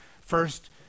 First